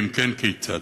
2. אם כן, כיצד?